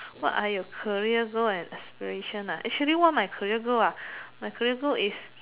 what are your career goal and aspiration ah actually what my career goal ah my career goal is